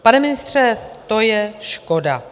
Pane ministře, to je škoda.